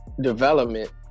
development